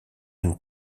une